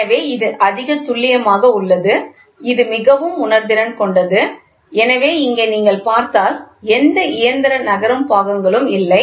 எனவே இது அதிக துல்லியமாக உள்ளது இது மிகவும் உணர்திறன் கொண்டது எனவே இங்கே நீங்கள் பார்த்தால் எந்த இயந்திர நகரும் பாகங்களும் இல்லை